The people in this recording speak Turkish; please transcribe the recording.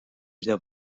birde